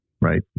right